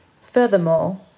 Furthermore